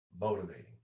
motivating